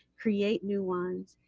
create new ones,